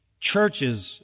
churches